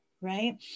Right